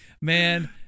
man